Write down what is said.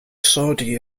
saudi